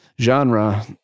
Genre